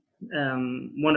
One